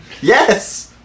Yes